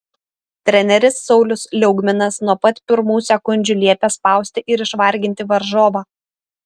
treneris saulius liaugminas nuo pat pirmų sekundžių liepė spausti ir išvarginti varžovą